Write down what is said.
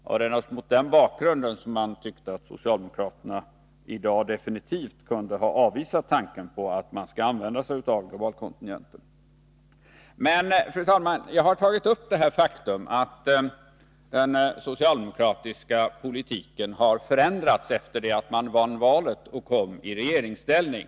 Det var alltså mot den bakgrunden som man tyckte att socialdemokraterna i dag definitivt kunde ha avvisat tanken på att använda sig av globalkontingenterna. Fru talman! Jag har velat peka på det faktum att den socialdemokratiska politiken har förändrats efter det att socialdemokraterna vunnit valet och kommit i regeringsställning.